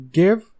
give